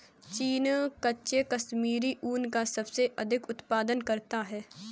चीन कच्चे कश्मीरी ऊन का सबसे अधिक उत्पादन करता है